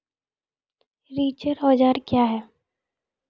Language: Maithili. रिचर औजार क्या हैं?